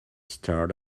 start